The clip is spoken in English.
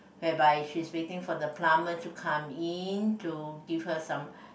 whereby she's waiting for the plumber to come in to give her some